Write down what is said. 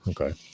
Okay